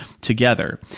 together